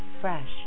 fresh